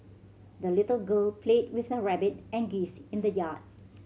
the little girl played with her rabbit and geese in the yard